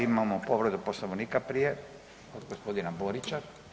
Imamo povredu Poslovnika prije od gospodina Borića.